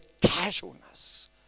casualness